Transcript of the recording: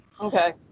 Okay